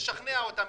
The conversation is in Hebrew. תשכנע אותם,